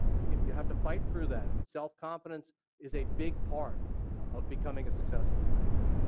you you have to fight through that and self-confidence is a big part of becoming a successful scientist.